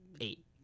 eight